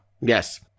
Yes